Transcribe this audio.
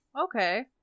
Okay